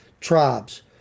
tribes